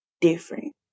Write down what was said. different